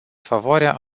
favoarea